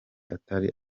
atari